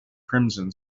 crimson